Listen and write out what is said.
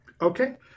Okay